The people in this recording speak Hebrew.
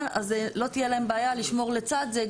אז לא תהיה להם בעיה לשמור לצד זה,